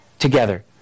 Together